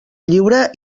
lliure